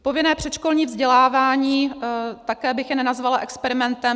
Povinné předškolní vzdělávání také bych je nenazvala experimentem.